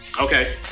Okay